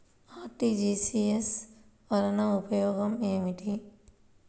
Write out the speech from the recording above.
RTGS వలన ఉపయోగం ఏమిటీ?